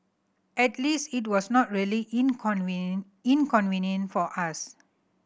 at least it was not really inconvenient for us